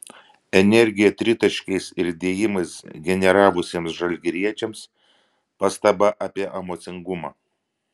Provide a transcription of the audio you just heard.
energiją tritaškiais ir dėjimais generavusiems žalgiriečiams pastaba apie emocingumą